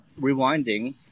rewinding